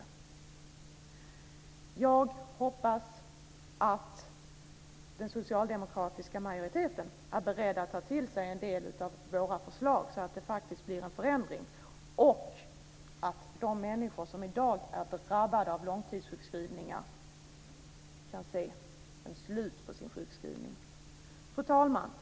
Jag hoppas att den socialdemokratiska majoriteten är beredd att ta till sig en del av våra förslag så att det faktiskt blir en förändring och de människor som i dag är drabbade av långtidssjukskrivningar kan se ett slut på sin sjukskrivning. Fru talman!